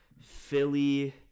Philly